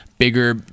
bigger